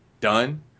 done